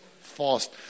Fast